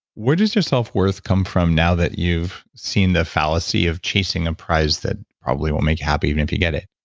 where does your self-worth come from now that you've seen the fallacy of chasing a price that probably won't make you happy even if you get it?